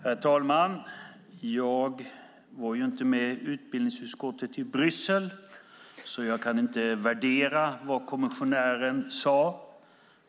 Herr talman! Jag var inte med utbildningsutskottet i Bryssel, så jag kan inte värdera vad kommissionären sade.